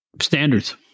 Standards